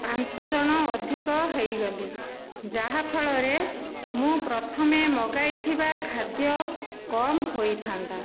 ପାଞ୍ଚ ଜଣ ଅଧିକ ହୋଇଗଲେ ଯାହା ଫଳରେ ମୁଁ ପ୍ରଥମେ ମଗାଇ ଥିବା ଖାଦ୍ୟ କମ ହୋଇଥାନ୍ତା